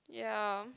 ya